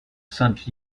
sainte